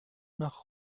nach